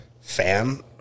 fan